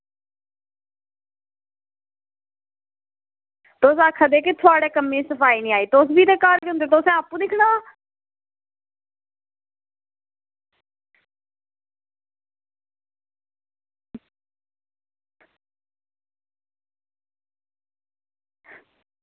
तुस आक्खा दे कि थुआढ़े कम्में च सफाई निं आई तुस बी ते घर होंदे तुस आपूं दिक्खी लैओ